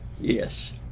yes